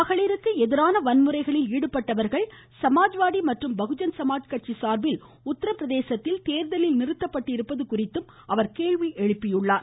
மகளிருக்கு எதிரான வன்முறைகளில் ஈடுபட்டவர்கள் சமாஜ்வாதி மற்றும் பகுஜன் சமாஜ் கட்சி சார்பில் உத்தரப்பிரதேசத்தில் நிறுத்தப்பட்டிருப்பது குறித்து அவர் கேள்வி எழுப்பினர்